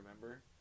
remember